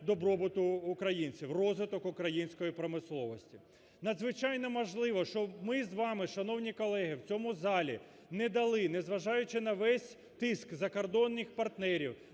добробуту українців, розвиток української промисловості. Надзвичайно важливо, що ми з вами, шановні колеги, в цьому залі не дали, незважаючи на весь тиск закордонних партнерів,